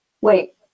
wait